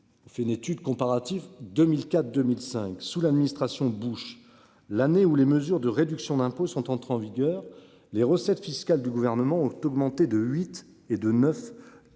On fait une étude comparative 2004 2005 sous l'administration Bush, l'année où les mesures de réduction d'impôts sont entrées en vigueur les recettes fiscales du gouvernement ont augmenté de 8 et de 9%.